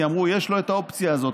כי אמרו: יש לו את האופציה הזאת.